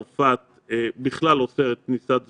צרפת בכלל אוסרת כניסת זרים,